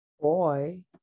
boy